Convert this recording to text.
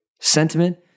sentiment